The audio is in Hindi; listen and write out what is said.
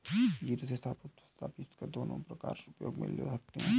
जीरे को साबुत तथा पीसकर दोनों प्रकार उपयोग मे ले सकते हैं